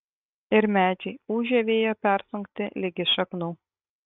ir medžiai ūžią vėjo persunkti ligi šaknų